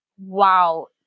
wow